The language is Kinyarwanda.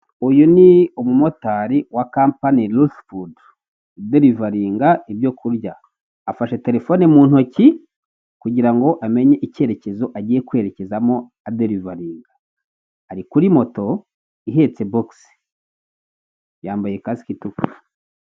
Aya n'ameza ari mu nzu, bigaragara ko aya meza ari ayokuriho arimo n'intebe nazo zibaje mu biti ariko aho bicarira hariho imisego.